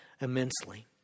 immensely